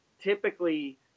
typically